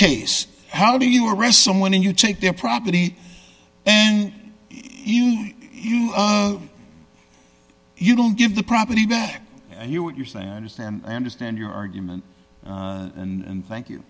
case how do you arrest someone and you take their property and you you you don't give the property back and you what you're saying i understand i understand your argument and thank you